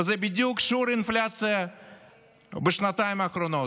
וזה בדיוק שיעור האינפלציה בשנתיים האחרונות,